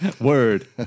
Word